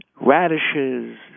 radishes